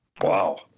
wow